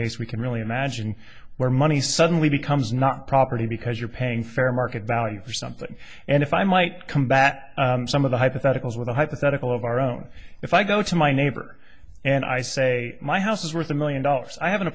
case we can really imagine where money suddenly becomes not property because you're paying fair market value for something and if i might combat some of the hypotheticals with a hypothetical of our own if i go to my neighbor and i say my house is worth a million dollars i have an